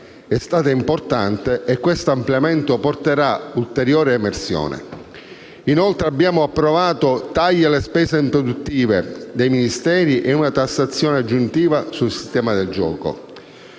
è stata importante e l'ampliamento porterà ulteriore emersione. Inoltre, abbiamo approvato tagli alle spese improduttive dei Ministeri e una tassazione aggiuntiva sul sistema del gioco.